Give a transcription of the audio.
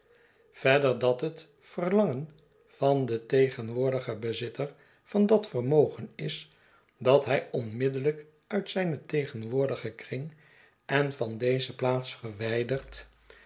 yerder dat het het verlangen van den tegenwoordigen bezitter van dat vermogen is dat hij onmiddellijk uit zijn tegenwoordigen kring en van deze plaats verwyderd